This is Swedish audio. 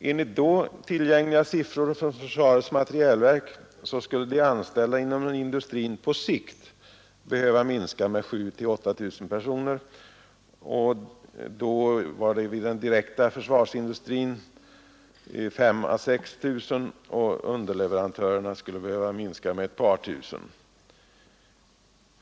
Enligt då tillgängliga siffror från försvarets materielverk skulle de anställda inom försvarsindustrin på sikt behöva minska med 7 000—-8 000, därav vid den direkta försvarsindustrin 5 000 å 6 000 och hos underleverantörerna cirka 2 000.